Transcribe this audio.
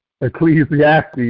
Ecclesiastes